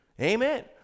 Amen